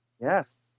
Yes